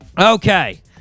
Okay